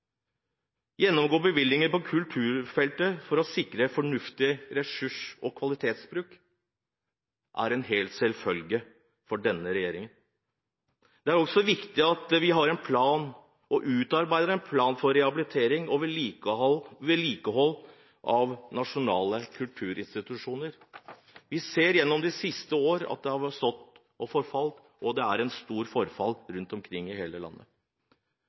gjennomgå bevilgningene på kulturfeltet for å sikre fornuftig ressursbruk og kvalitet er en selvfølge for denne regjeringen. Det er også viktig at vi utarbeider en plan for rehabilitering og vedlikehold av nasjonale kulturinstitusjoner. Vi har sett de siste årene at de har stått og forfalt, og det er et stort forfall rundt omkring i hele landet.